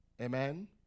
Amen